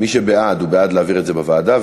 מי שבעד הוא בעד להעביר את זה לוועדה,